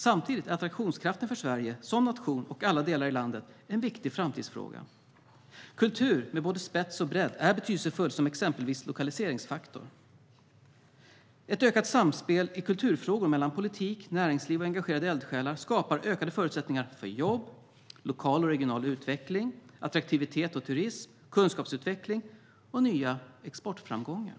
Samtidigt är attraktionskraften för Sverige som nation och alla delar i landet en viktig framtidsfråga. Kultur med både spets och bredd är betydelsefull som exempelvis lokaliseringsfaktor. Ett ökat samspel i kulturfrågor mellan politik, näringsliv och engagerade eldsjälar skapar ökade förutsättningar för jobb, lokal och regional utveckling, attraktivitet och turism, kunskapsutveckling och nya exportframgångar.